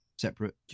Separate